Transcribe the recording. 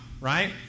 Right